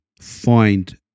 find